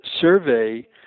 survey